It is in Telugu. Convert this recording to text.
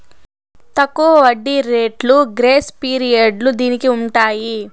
తక్కువ వడ్డీ రేట్లు గ్రేస్ పీరియడ్లు దీనికి ఉంటాయి